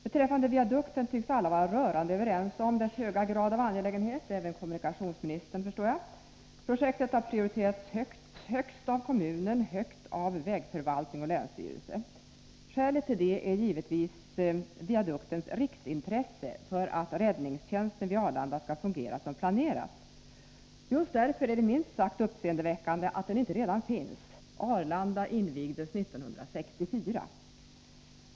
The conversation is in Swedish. Beträffande viadukten tycks alla vara rörande överens om dess höga grad av angelägenhet — även kommunikationsministern, förstår jag. Projektet har prioriterats högst av kommunen och högt av vägförvaltning och länsstyrelse. Skälet till det är givetvis viaduktens riksintresse för att räddningstjänsten vid Arlanda skall fungera som planerats. Just därför är det minst sagt uppseendeväckande att den inte redan finns. Arlanda invigdes 1964.